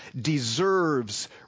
deserves